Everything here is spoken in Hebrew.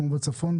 כלומר בצפון,